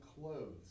clothes